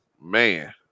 man